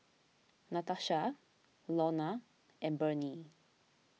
Natasha Launa and Bernie